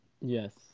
Yes